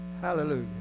Hallelujah